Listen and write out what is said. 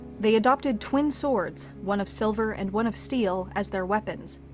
they adopted twin swords, one of silver and one of steel, as their weapons,